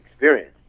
experience